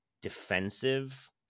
defensive